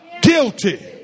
Guilty